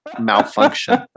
malfunction